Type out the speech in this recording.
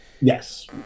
Yes